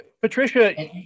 Patricia